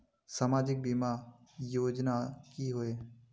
सामाजिक बीमा योजना की होय?